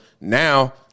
Now